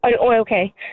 Okay